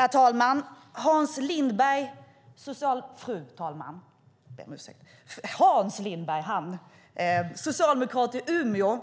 Fru talman! Hans Lindberg, socialdemokrat i Umeå,